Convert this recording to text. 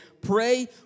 pray